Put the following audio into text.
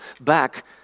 back